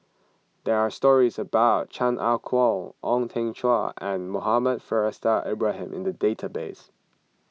there are stories about Chan Ah Kow Ong Teng Cheong and Muhammad Faishal Ibrahim in the database